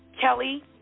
Kelly